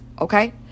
okay